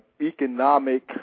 economic